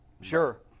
Sure